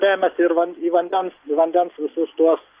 remiasi ir van į vandens į vandens visus tuos